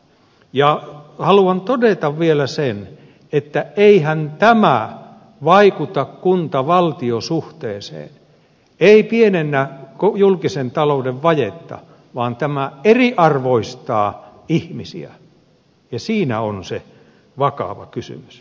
ja haluan todeta vielä sen että eihän tämä vaikuta kuntavaltio suhteeseen ei pienennä julkisen talouden vajetta vaan tämä eriarvoistaa ihmisiä ja siinä on se vakava kysymys